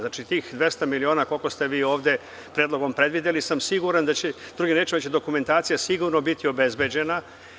Znači, tih 200 miliona, koliko ste vi ovde predlogom predvideli, sam siguran da će, drugim rečima, da će dokumentacija sigurno biti obezbeđena.